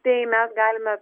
tai mes galime